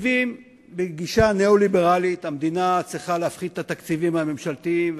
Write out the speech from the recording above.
בגישה ניאו-ליברלית המדינה צריכה להפחית את התקציבים הממשלתיים,